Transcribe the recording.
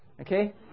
okay